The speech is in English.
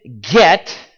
get